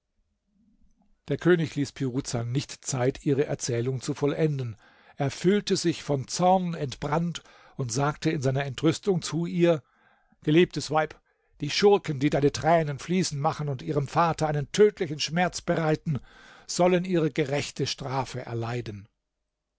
der könig ließ piruza nicht zeit ihre erzählung zu vollenden er fühlte sich von zorn entbrannt und sagte in seiner entrüstung zu ihr geliebtes weib die schurken die deine tränen fließen machen und ihrem vater einen tödlichen schmerz bereiten sollen ihre gerechte strafe erleiden